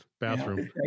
bathroom